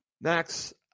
Max